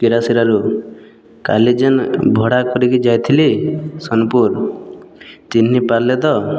କେରାସେରାରୁ କାଲି ଯେନ୍ ଭଡ଼ା କରିକି ଯାଇଥିଲି ସୋନପୁର୍ ଚିହ୍ନିପାରିଲେ ତ